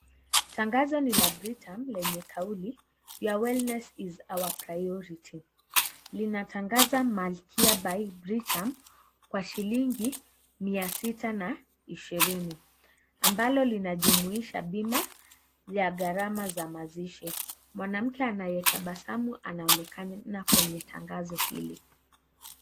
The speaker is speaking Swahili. Tangazo ni la Britam lenye kauli Your wellnes is our priority . Linatangaza malkia by Britam kwa shilingi mia sita na ishirini ambalo linajumuisha bima ya gharama za mazishi. Mwanamke aliyetabasamu anaonekana kwa tangazo hili.